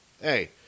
Hey